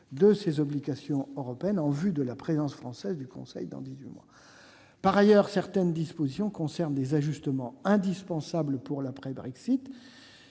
de ses obligations européennes en vue de la présidence française du Conseil, dans dix-huit mois. Par ailleurs, certaines dispositions concernent des ajustements indispensables à l'après-Brexit,